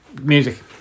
Music